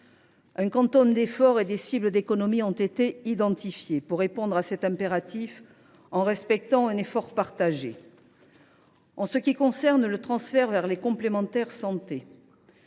Un quantum d’efforts et des cibles d’économies ont été identifiés pour répondre à cet impératif, en respectant un effort partagé. En ce qui concerne le transfert vers les complémentaires santé,